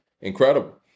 Incredible